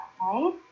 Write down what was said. right